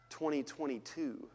2022